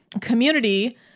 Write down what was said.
community